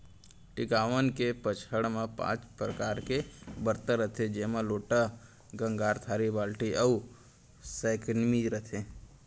टिकावन के पंचहड़ म पॉंच परकार के बरतन रथे जेमा लोटा, गंगार, थारी, बाल्टी अउ सैकमी रथे